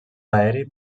aeri